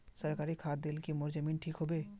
सरकारी खाद दिल की मोर जमीन ठीक होबे?